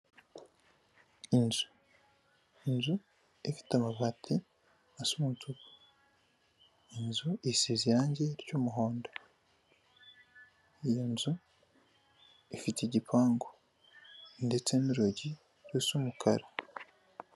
Inzu, inzu ifite amabati asa umutuku. Inzu isize irangi ry'umuhondo. Iyi nzu ifite igipangu ndetse n'urugi rusa umukara.